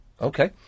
Okay